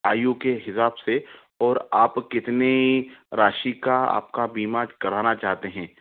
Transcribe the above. आयु के हिसाब से और आप कितनी राशि का आपका बीमा कराना चाहते हैं